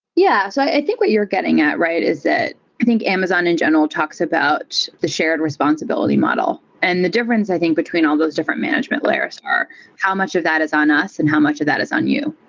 yeah. so i think what you're getting at is that i think amazon in general talks about the shared responsibility model, and the difference i think between all those different management layers are how much of that is on us and how much of that is on you.